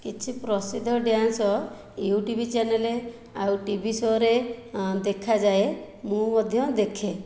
କିଛି ପ୍ରସିଦ୍ଧ dance YouTube channel ଆଉ ଟିଭି ଶୋ'ରେ ଦେଖାଯାଏ ମୁଁ ମଧ୍ୟ ଦେଖେ